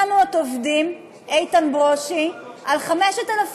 איתן ברושי, על 5,000 חקלאים.